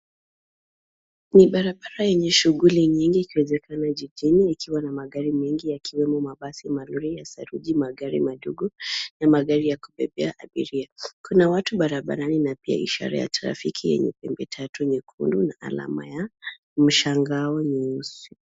Ni barabara yenye shughuli nyingi ikiwezekana jijini ikiwa na magari mengi yakiwemo mabasi, malori ya saruji, magari madogo na magari ya kubebea abiria. Kuna watu barabarani na pia ishara ya trafiki yenye pembetatu nyekundu na alama ya mshangao nyeusi.